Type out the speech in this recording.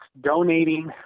donating